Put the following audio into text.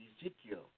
Ezekiel